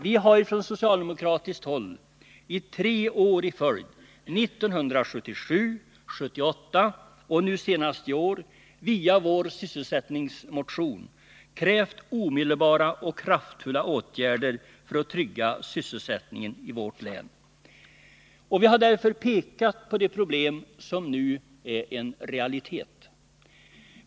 Vi har från socialdemokratiskt håll i tre år i följd — 1977, 1978 och nu senast i år — via vår sysselsättningsmotion krävt omedelbara och kraftfulla åtgärder för att trygga sysselsättningen i vårt län. Vi har därvid pekat på de problem som nu är en realitet.